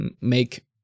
make